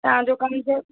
तव्हांजो कम जो